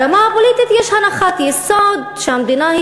ברמה הפוליטית יש הנחת יסוד שהמדינה היא